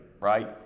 right